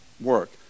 work